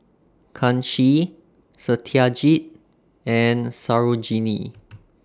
Kanshi Satyajit and Sarojini